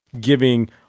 giving